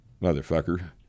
motherfucker